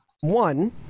one